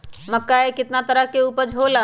मक्का के कितना तरह के उपज हो ला?